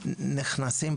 נכנסים,